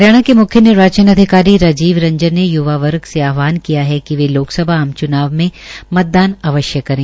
हरियाणा के म्ख्य निर्वाचन अधिकारी राजीव रंजन ने युवा वर्ग से आहवान किया है कि वे लोकसभा आम च्नाव में मतदान अवश्य करें